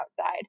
outside